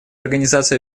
организации